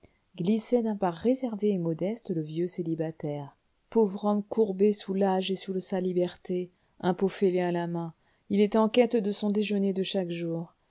glissait d'un pas réservé et modeste le vieux célibataire pauvre homme courbé sous l'âge et sous sa liberté un pot fêlé à la main il était en quête de son déjeuner de chaque jour